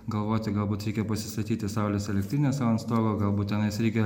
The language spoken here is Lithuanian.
galvoti galbūt reikia pasistatyti saulės elektrinę sau ant stogo galbūt tenais reikia